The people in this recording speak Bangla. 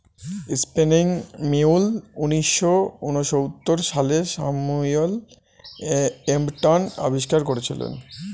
স্পিনিং মিউল উনিশশো ঊনসত্তর সালে স্যামুয়েল ক্রম্পটন আবিষ্কার করেছিলেন